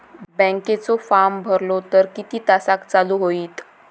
बँकेचो फार्म भरलो तर किती तासाक चालू होईत?